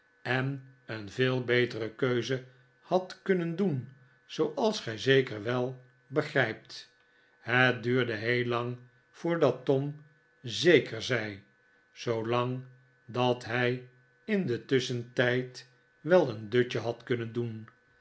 en een veel betere keuze had kunnen doen zooals gij zeker wel begrijpt het duurde heel lang voordat tom zeker zei zoolang dat hij in den tusschentijd wel een dutje had kunnen doen